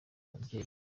umubyeyi